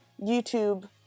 YouTube